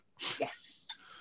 Yes